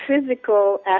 physical